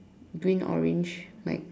green orange like